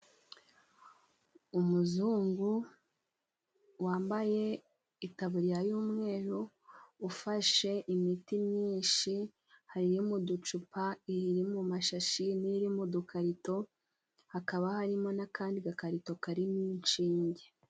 Umuzungu wambaye itaburiya y'umweru ufashe imiti myinshi hari iri mu ducupa, iri mu mashashi, n'iri mu dukarito. Hakaba harimo n'akandi gakarito, karimo inshinge.